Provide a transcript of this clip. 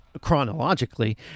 chronologically